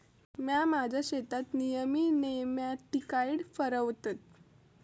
म्या माझ्या शेतात नेयमी नेमॅटिकाइड फवारतय